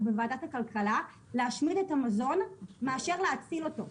בוועדת הכלכלה להשמיד את המזון מאשר להציל אותו.